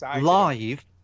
live